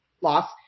loss